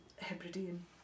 hebridean